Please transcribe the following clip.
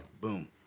Boom